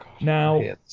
Now